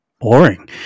boring